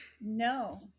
No